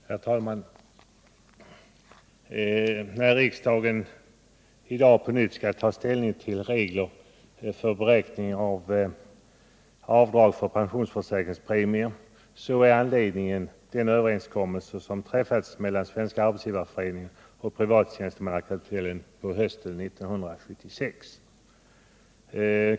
Herr talman! När riksdagen i dag på nytt skall ta ställning till regler för beräkning av avdrag för pensionsförsäkringspremier är anledningen den överenskommelse som träffats mellan Svenska arbetsgivareföreningen och Privattjänstemannakartellen hösten 1976.